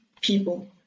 people